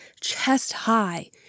chest-high